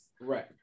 Right